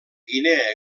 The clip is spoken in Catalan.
guinea